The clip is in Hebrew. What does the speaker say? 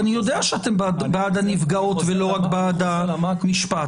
אני יודע שאתם בעד הנפגעות ולא רק בעד המשפט.